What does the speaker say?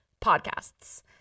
podcasts